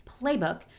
playbook